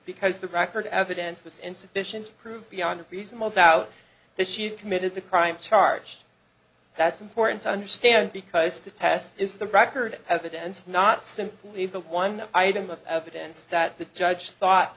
because the record evidence was insufficient to prove beyond a reasonable doubt that she committed the crime charge that's important to understand because the past is the record evidence not simply the one item of evidence that the judge thought